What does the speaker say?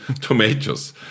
tomatoes